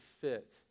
fit